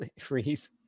freeze